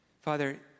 Father